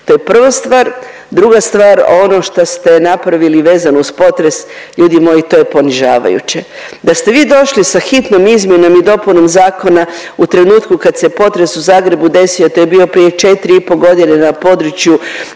To je prva stvar. Druga stvar ono šta ste napravili vezano uz potres, ljudi moji to je ponižavajuće. Da ste vi došli sa hitnom izmjenom i dopunom zakona u trenutku kad se potres u Zagrebu desio to je bilo prije 4,5 godine na području